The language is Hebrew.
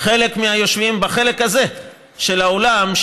חלק מהיושבים בחלק הזה של האולם,